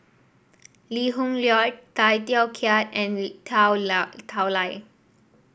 Lee Hoon Leong Tay Teow Kiat and Tao Li